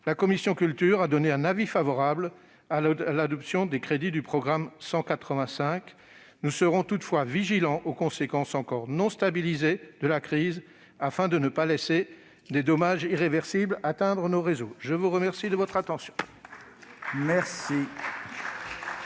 la commission de la culture a émis un avis favorable à l'adoption des crédits du programme 185. Nous serons toutefois vigilants quant aux conséquences encore non stabilisées de la crise, afin de ne pas laisser des dommages irréversibles atteindre nos réseaux. Mes chers collègues, je vous